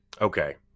Okay